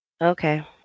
Okay